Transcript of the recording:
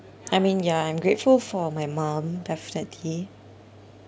I mean ya I'm grateful for my mum definitely